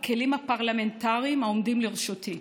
הכלים הפרלמנטריים העומדים לרשותי.